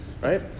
Right